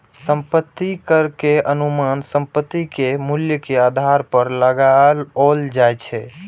संपत्ति कर के अनुमान संपत्ति के मूल्य के आधार पर लगाओल जाइ छै